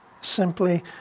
simply